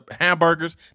hamburgers